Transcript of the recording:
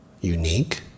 unique